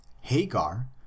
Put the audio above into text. Hagar